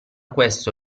questo